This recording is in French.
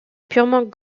purement